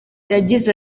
yagize